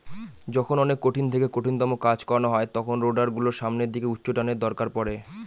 যখন অনেক কঠিন থেকে কঠিনতম কাজ করানো হয় তখন রোডার গুলোর সামনের দিকে উচ্চটানের দরকার পড়ে